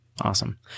Awesome